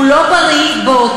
לא, פעם